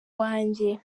wanjye